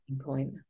point